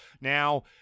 Now-